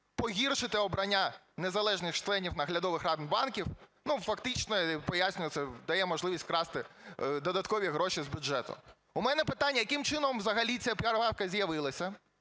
погіршити обрання незалежних членів наглядових рад банків, ну, фактично, поясню це, дає можливість красти додаткові гроші з бюджету. У мене питання. Яким чином взагалі ця правка з'явилася?